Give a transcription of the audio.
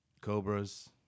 Cobras